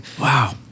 Wow